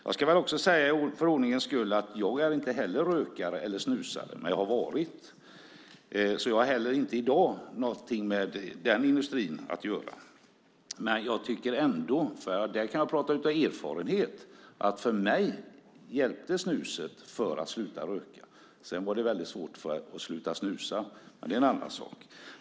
Jag ska väl för ordningens skull säga att jag inte heller är rökare eller snusare, men jag har varit det. Jag har inte heller i dag något med den industrin att göra. Men jag tycker ändå, och där kan jag tala av erfarenhet, att snuset hjälpte mig att sluta röka. Sedan var det väldigt svårt att sluta snusa, men det är en annan sak.